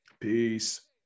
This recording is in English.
peace